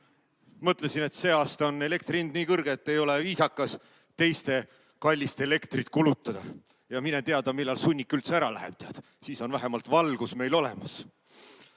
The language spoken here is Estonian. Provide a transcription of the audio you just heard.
Mõtlesin, et see aasta on elektri hind nii kõrge, et ei ole viisakas teiste kallist elektrit kulutada. Ja mine tea, millal ta sunnik üldse ära läheb. Siis on meil vähemalt valgus olemas.